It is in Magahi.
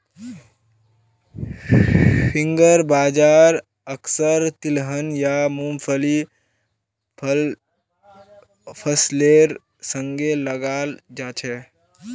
फिंगर बाजरा अक्सर तिलहन या मुंगफलीर फसलेर संगे लगाल जाछेक